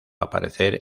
aparecer